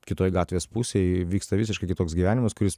kitoj gatvės pusėj vyksta visiškai kitoks gyvenimas kuris